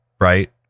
right